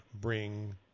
bring